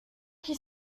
qui